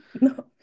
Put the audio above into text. no